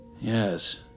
Yes